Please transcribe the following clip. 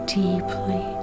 deeply